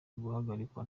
guhagarikwa